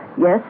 Yes